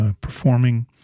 performing